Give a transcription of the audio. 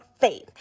faith